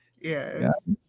Yes